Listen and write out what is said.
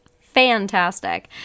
fantastic